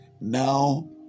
Now